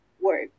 work